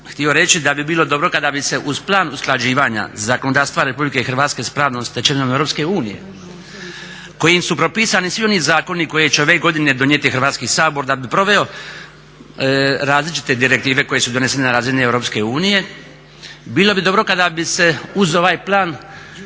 htio reći da bi bilo dobro kada bi se uz plan usklađivanja zakonodavstva RH sa pravnom stečevinom EU kojim su propisani svi oni zakoni koje će ove godine donijeti Hrvatski sabor da bi proveo različite direktive koje su donesene na razini EU bilo bi dobro kada bi se uz ovaj plan